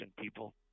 people